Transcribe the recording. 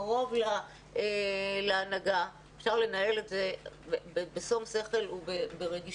קרוב להנהגה אפשר לנהל את זה בשום שכל וברגישות